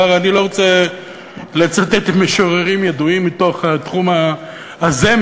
אני לא רוצה לצטט משוררים ידועים מתוך תחום הזמר,